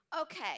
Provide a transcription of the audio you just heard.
Okay